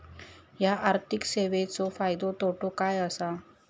हया आर्थिक सेवेंचो फायदो तोटो काय आसा?